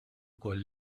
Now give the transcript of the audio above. ukoll